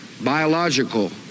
biological